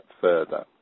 further